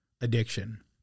addiction